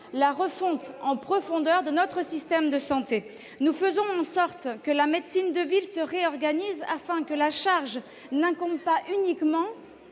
la refonte en profondeur de notre système de santé. Nous faisons en sorte que la médecine de ville se réorganise, afin que la charge n'incombe pas uniquement